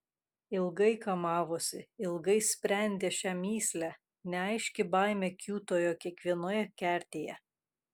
ilgai kamavosi ilgai sprendė šią mįslę neaiški baimė kiūtojo kiekvienoje kertėje